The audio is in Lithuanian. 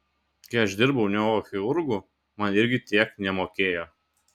kai aš dirbau neurochirurgu man irgi tiek nemokėjo